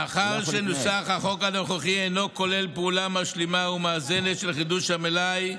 מאחר שנוסח החוק הנוכחי אינו כולל פעולה משלימה ומאזנת של חידוש המלאי,